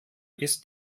ist